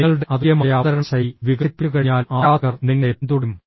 നിങ്ങളുടെ അതുല്യമായ അവതരണ ശൈലി വികസിപ്പിച്ചുകഴിഞ്ഞാൽ ആരാധകർ നിങ്ങളെ പിന്തുടരും